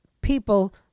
people